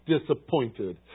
disappointed